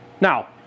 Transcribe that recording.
Now